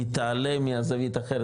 היא תעלה מהזווית אחרת,